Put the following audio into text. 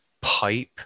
pipe